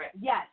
Yes